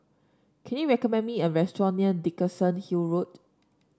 can you recommend me a restaurant near Dickenson Hill Road